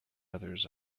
others